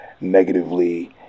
negatively